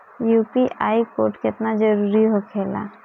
UPI code केतना जरुरी होखेला?